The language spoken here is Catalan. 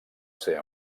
ser